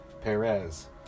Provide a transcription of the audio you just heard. Perez